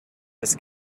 his